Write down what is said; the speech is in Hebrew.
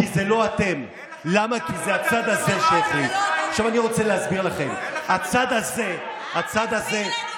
כי כאן אני קורא לכם, איזו אחריות?